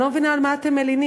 אני לא מבינה על מה אתם מלינים.